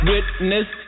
Witness